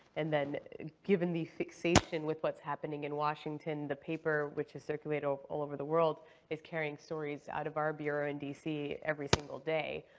and then given the fixation with what's happening in washington, the paper, which is circulated over over the world is carrying stories out of our bureau in d c. every single day.